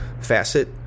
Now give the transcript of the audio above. facet